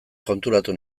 konturatu